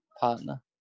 partner